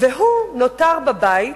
והוא נותר בבית,